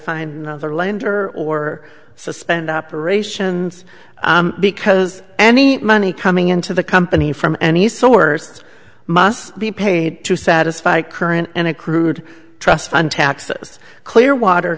find another lender or suspend operations because any money coming into the company from any source must be paid to satisfy current and accrued trust fund taxes clearwater